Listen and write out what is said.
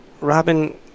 Robin